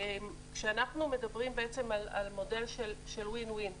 כשאנחנו מדברים על מודל של win-win,